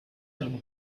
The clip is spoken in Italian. erano